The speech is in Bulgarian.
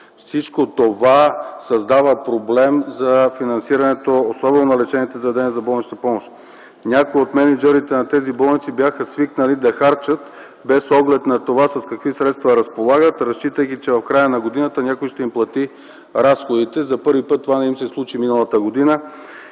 Всичко това създава проблем за финансирането особено на лечебните заведения за болнична помощ. Някои от мениджърите на тези болници бяха свикнали да харчат без оглед на това с какви средства разполагат, разчитайки, че в края на годината някой ще им плати разходите. За първи път това не им се случи миналата година